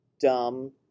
dumb